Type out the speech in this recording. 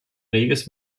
reges